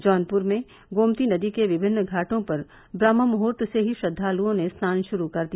जौनपुर में गोमती नदी के विभिन्न घार्टो पर ब्रम्हमुहूर्त से ही श्रद्दालुओं ने स्नान शुरू कर दिया